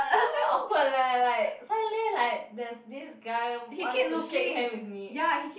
very awkward leh like suddenly like there this guy wants to shake hand with me